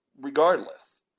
Regardless